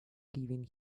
given